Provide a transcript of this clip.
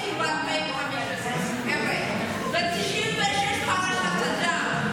את אומרת, חבר'ה, ב-1996, פרשת הדם.